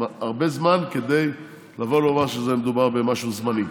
הרבה זמן כדי לבוא ולומר שמדובר במשהו זמני.